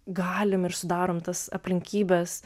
galim ir sudarom tas aplinkybes